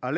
à